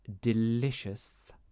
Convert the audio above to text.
delicious